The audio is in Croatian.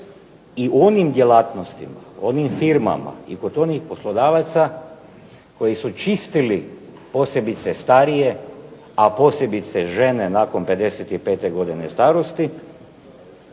u onim djelatnostima, onim firmama i kod onih poslodavaca koji su čistili posebice starije, a posebice žene nakon 55 godina starosti,